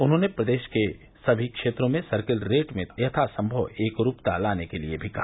उन्होंने प्रदेश के समी क्षेत्रों में सर्किल रेट में यथा संभव एकरूपता लाने के लिए भी कहा